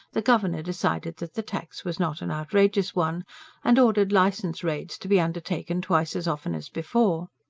the governor decided that the tax was not an outrageous one and ordered licence-raids to be undertaken twice as often as before.